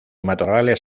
matorrales